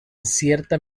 cierta